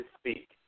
speak